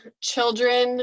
Children